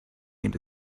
into